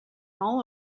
all